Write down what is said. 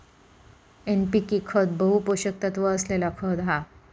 NPK खत बहु पोषक तत्त्व असलेला खत हा